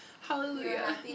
hallelujah